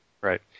Right